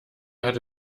hatte